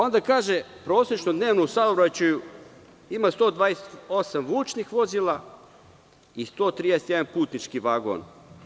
Onda kaže, prosečno dnevno u saobraćaju ima 128 vučnih vozila i 131 putnički vagon.